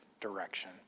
direction